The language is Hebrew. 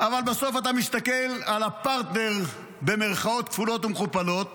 אבל בסוף אתה מסתכל על הפרטנר במירכאות כפולות ומכופלות